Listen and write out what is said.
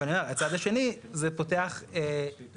אני אומר מהצד השני זה פותח לחצים,